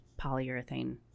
polyurethane